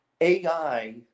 AI